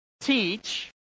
teach